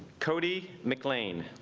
cody mclean